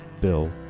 Bill